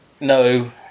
No